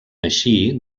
així